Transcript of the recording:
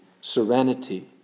serenity